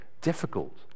difficult